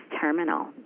terminal